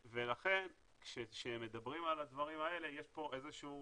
לכן כשמדברים על הדברים האלה יש פה איזה שהוא